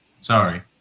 Sorry